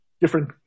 different